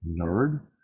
nerd